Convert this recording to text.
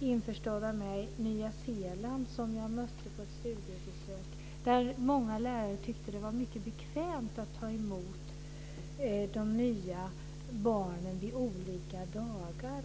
införstådda med, Nya Zeeland där jag mötte lärare under mitt studiebesök och där många lärare tyckte att det var mycket bekvämt att ta emot de nya barnen vid olika dagar.